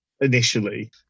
initially